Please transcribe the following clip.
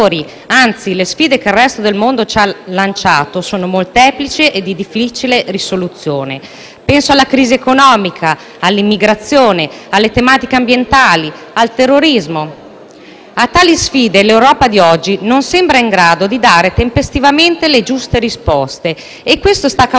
Penso alla crisi economica, all'immigrazione, alle tematiche ambientali e al terrorismo. A tali sfide l'Europa di oggi non sembra in grado di dare tempestivamente le giuste risposte e ciò sta causando un significativo aumento di sentimenti di scetticismo nei confronti dell'istituzione in tutti i popoli che ne